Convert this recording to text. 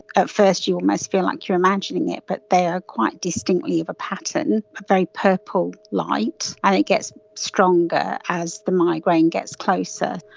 at first you almost feel like you're imagining it, but they are quite distinctly a pattern, a very purple light, and it gets stronger as the migraine gets closer.